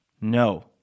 No